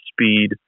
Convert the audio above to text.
speed